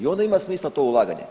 I onda ima smisla to ulaganje.